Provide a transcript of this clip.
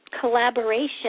collaboration